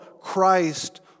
Christ